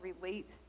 relate